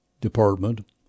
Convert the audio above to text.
department